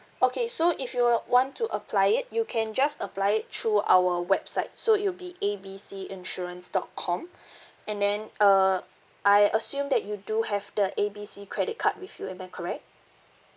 okay so if you were want to apply it you can just apply it through our website so it will be A B C insurance dot com and then uh I assume that you do have the A B C credit card with you am I correct